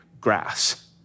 grass